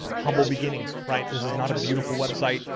humble beginnings, right? this is not a beautiful website.